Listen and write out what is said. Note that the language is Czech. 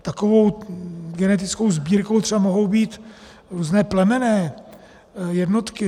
Takovou genetickou sbírkou třeba mohou být různé plemenné jednotky.